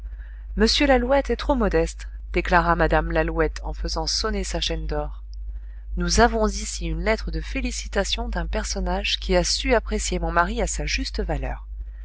m lalouette est trop modeste déclara mme lalouette en faisant sonner sa chaîne d'or nous avons ici une lettre de félicitations d'un personnage qui a su apprécier mon mari à sa juste valeur